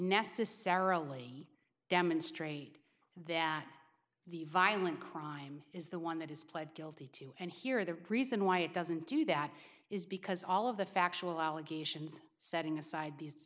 necessarily demonstrate that the violent crime is the one that is pled guilty to and here the reason why it doesn't do that is because all of the factual allegations setting aside these